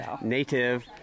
Native